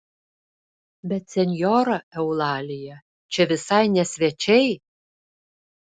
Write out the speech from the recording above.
bet senjora eulalija čia visai ne svečiai